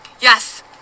Yes